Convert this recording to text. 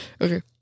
Okay